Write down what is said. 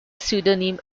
pseudonym